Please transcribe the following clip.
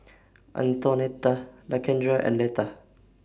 Antonetta Lakendra and Leta